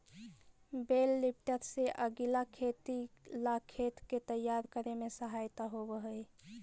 बेल lifter से अगीला खेती ला खेत के तैयार करे में सहायता होवऽ हई